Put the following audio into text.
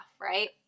Right